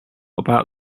about